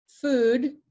food